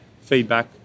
feedback